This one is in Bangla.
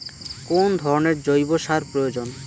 কোন ধরণের জৈব সার প্রয়োজন?